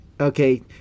okay